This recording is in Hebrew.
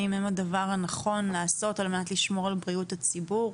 הם הדבר הנכון לעשות על-מנת לשמור על בריאות הציבור.